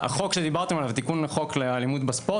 התיקון שדיברתם עליו לחוק אלימות בספורט